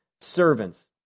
servants